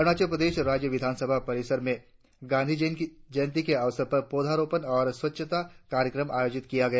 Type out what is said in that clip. अरुणाचल प्रदेश राज्य विधानसभा परिसर में गांधी जयंती के अवसर पौधारोपण और स्वच्छता कार्यक्रम आयोजित किया गया